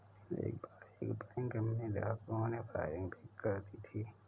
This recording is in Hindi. एक बार एक बैंक में डाकुओं ने फायरिंग भी कर दी थी